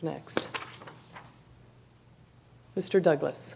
next mr douglas